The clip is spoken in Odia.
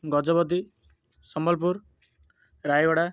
ଗଜପତି ସମ୍ବଲପୁର ରାୟଗଡ଼ା